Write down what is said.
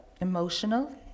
emotional